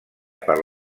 per